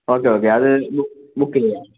okay okay അത് ബു book ചെയ്യാം